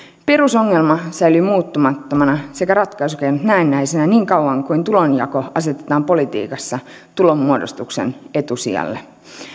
perusongelma säilyy muuttumattomana sekä ratkaisukeinot näennäisinä niin kauan kuin tulonjako asetetaan politiikassa tulonmuodostuksen etusijalle